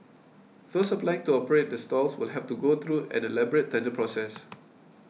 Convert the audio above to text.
those applying to operate the stalls will have to go through an elaborate tender process